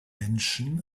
menschen